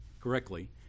correctly